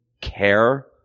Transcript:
care